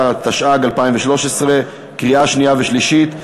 12), התשע"ג 2013, קריאה שנייה ושלישית.